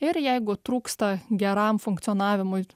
ir jeigu trūksta geram funkcionavimui